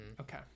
Okay